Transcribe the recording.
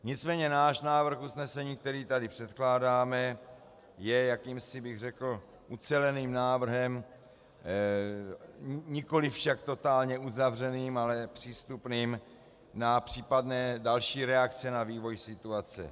Nicméně náš návrh usnesení, který tady předkládáme, je jakýmsi, řekl bych, uceleným návrhem, nikoli však totálně uzavřeným, ale přístupným na případné další reakce na vývoj situace.